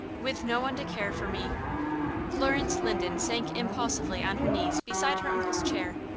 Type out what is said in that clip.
with no one to care for me florence linden sank impulsively on her knees beside her uncle's chair.